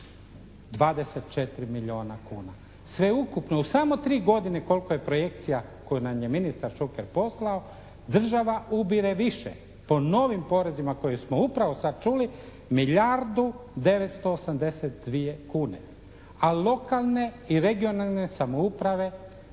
724 milijuna kuna. Sveukupno u samo tri godine koliko je projekcija koju nam je ministar Šuker poslao država ubire više po novim porezima koje smo upravo sad čuli milijardu 982 kune, a lokalne i regionalne samouprave